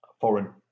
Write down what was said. foreign